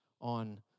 on